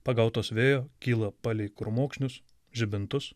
pagautos vėjo kyla palei krūmokšnius žibintus